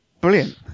Brilliant